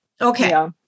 Okay